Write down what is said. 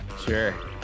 Sure